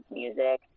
music